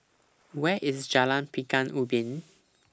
Where IS Jalan Pekan Ubin